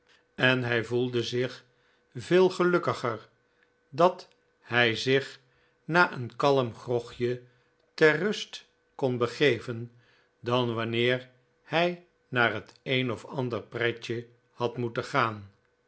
en hij voelde zich veel gelukkiger dat hij zich na een kalm grogje ter ruste kon begeven dan wanneer hij naar het een of andere pretje had moeten gaan